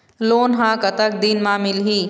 Loan ह कतक दिन मा मिलही?